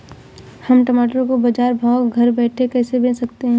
हम टमाटर को बाजार भाव में घर बैठे कैसे बेच सकते हैं?